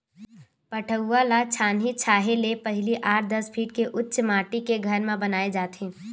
पठउवा ल छानही छाहे ले पहिली आठ, दस फीट के उच्च माठी के घर म बनाए जाथे